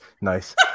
nice